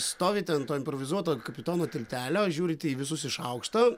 stovite ant to improvizuoto kapitono tiltelio žiūrite į visus iš aukšto